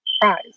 prize